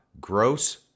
gross